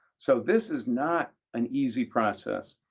so this is not an easy process,